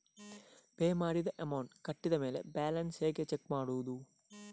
Pay ಮಾಡಿದ amount ಕಟ್ಟಿದ ಮೇಲೆ ಬ್ಯಾಲೆನ್ಸ್ ಹೇಗೆ ಚೆಕ್ ಮಾಡುವುದು?